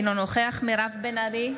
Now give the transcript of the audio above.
אינו נוכח מירב בן ארי,